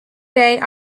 day